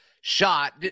shot